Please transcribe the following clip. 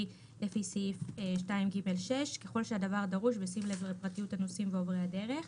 לפי סעיף 2ג6 ככל שהדבר דרוש בשים לב לפרטיות הנוסעים ועוברי הדרך.